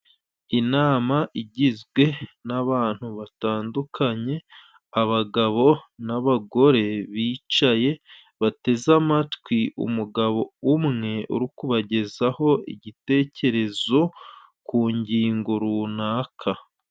Inama igizwe n'abantu batandukanye, abagabo n'abagore bicaye bateze amatwi, umugabo umwe uri kubagezaho igitekerezo ku ngingo runaka.